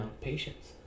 patience